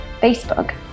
Facebook